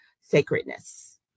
sacredness